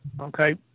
Okay